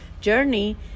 journey